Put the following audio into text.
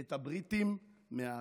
את הבריטים מהארץ.